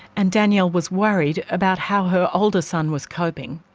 and danielle was worried about how her older son was coping.